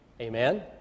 Amen